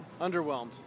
Underwhelmed